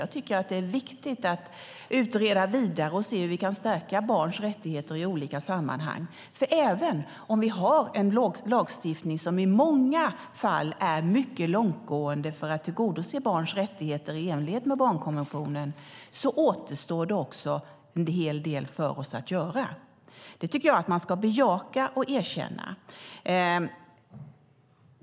Jag tycker att det är viktigt att utreda vidare och se hur vi kan stärka barns rättigheter i olika sammanhang, för även om vi har en lagstiftning som i många fall är mycket långtgående för att tillgodose barns rättigheter i enlighet med barnkonventionen återstår det också en hel del för oss att göra. Det tycker jag att man ska bejaka och erkänna.